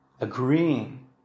agreeing